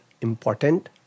important